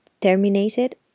terminated